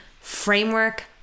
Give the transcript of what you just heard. framework